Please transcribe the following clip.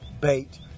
bait